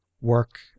work